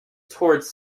towards